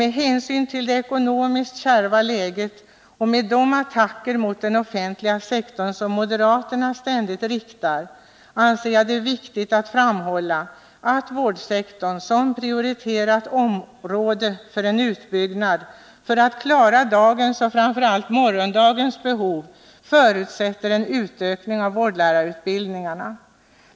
Med hänsyn till det ekonomiskt kärva läget och med tanke på de attacker som moderaterna ständigt riktar mot den offentliga sektorn anser jag det viktigt att framhålla att vårdsektorn är prioriterat område och att en utbyggnad för att klara dagens och framför allt morgondagens behov förutsätter en utökning av vårdlärarutbildningarna.